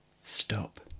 Stop